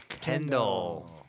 Kendall